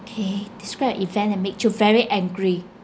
K describe a event that made you very angry